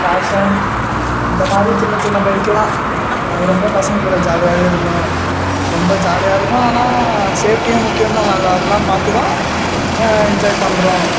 fashion இந்த மாதிரி சின்னச் சின்ன பைக்கு தான் அது ரொம்ப பசங்கள் கூட ஜாலியாகவே இருக்கும் ரொம்ப ஜாலியாக இருக்கும் ஆனால் சேஃப்ட்டியும் முக்கியம் தான் நாங்கள் அதெல்லாம் பார்த்து தான் என்ஜாய் பண்ணுறோம்